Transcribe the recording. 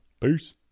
Peace